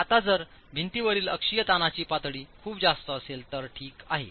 आता जर भिंतीवरील अक्षीय ताणांची पातळी खूप जास्त असेल तर ठीक आहे